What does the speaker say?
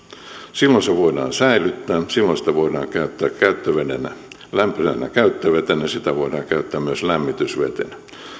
silloin se voidaan säilyttää silloin sitä voidaan käyttää käyttövetenä lämpimänä käyttövetenä sitä voidaan käyttää myös lämmitysvetenä